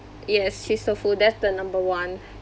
yes cheese tofu that's the number one